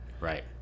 Right